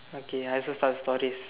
okay I also start with stories